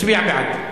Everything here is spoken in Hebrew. מצביע בעד.